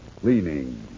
cleaning